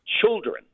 children